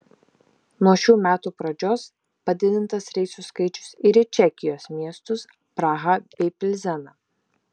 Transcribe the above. nuo šių metų pradžios padidintas reisų skaičius ir į čekijos miestus prahą bei pilzeną